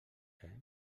fer